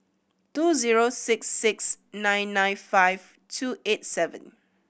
two zero six six nine nine five two eight seven